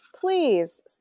Please